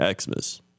Xmas